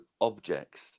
objects